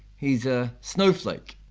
he's a snowflake,